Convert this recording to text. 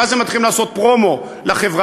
ואז הם מתחילים לעשות פרומו לחברה,